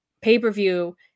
pay-per-view